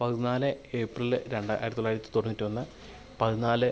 പതിനാല് ഏപ്രില് രണ്ട് ആയിരത്തി തൊള്ളായിരത്തി തൊണ്ണൂറ്റൊന്ന് പതിനാല്